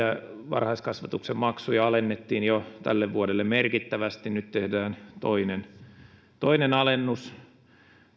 varhaiskasvatuksen maksuja alennettiin jo tälle vuodelle merkittävästi nyt tehdään toinen alennus